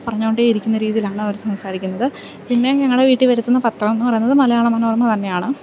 പറഞ്ഞോണ്ടെ ഇരിക്കുന്ന രീതിയിലാണ് അവർ സംസാരിക്കുന്നത് പിന്നെ ഞങ്ങളുടെ വീട്ടിൽ വരുത്തുന്ന പത്രം എന്ന് പറയുന്നത് മലയാള മനോരമ തന്നെയാണ്